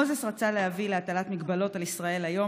מוזס רצה להביא להטלת מגבלות על ישראל היום